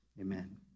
amen